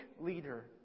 leader